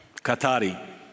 Qatari